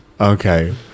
Okay